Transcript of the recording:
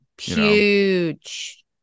huge